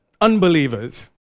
unbelievers